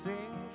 Sing